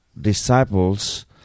disciples